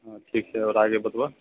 हाँ ठीक छै आओर आगे बतबऽ